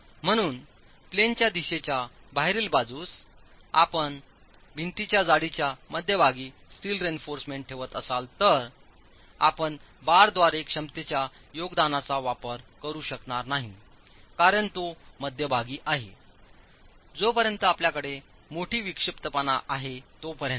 म्हणून प्लेनच्या दिशेच्या बाहेरील बाजूस जर आपण भिंतीच्या जाडीच्या मध्यभागी स्टील रेइन्फॉर्समेंट ठेवत असाल तर आपण बारद्वारे क्षमतेच्या योगदानाचा वापर करू शकणार नाही कारण तो मध्यभागी आहे जोपर्यंत आपल्याकडे मोठी विक्षिप्तपणा आहे तोपर्यंत